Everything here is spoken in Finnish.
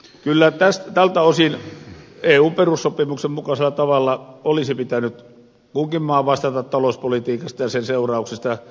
kyllä tältä osin eun perussopimuksen mukaisella tavalla olisi pitänyt kunkin maan vastata talouspolitiikastaan ja sen seurauksista